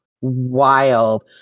Wild